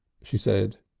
she said.